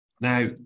Now